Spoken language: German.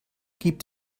gibt